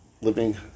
Living